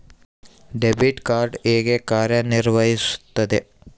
Debit card ಹೇಗೆ ಕಾರ್ಯನಿರ್ವಹಿಸುತ್ತದೆ?